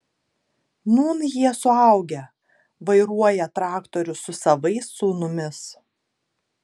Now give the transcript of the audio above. nūn jie suaugę vairuoja traktorius su savais sūnumis